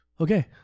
Okay